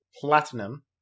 Platinum